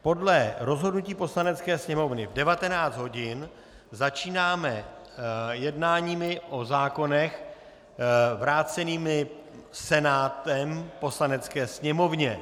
Podle rozhodnutí Poslanecké sněmovny v 19 hodin začínáme jednáními o zákonech vrácených Senátem Poslanecké sněmovně.